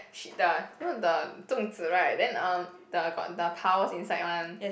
she the you know the Zhong-Zi right then um the got the powers inside one